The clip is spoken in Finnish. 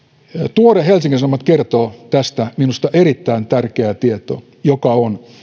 tuore helsingin sanomat kertoo tästä minusta erittäin tärkeän tiedon joka on se